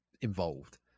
involved